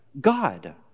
God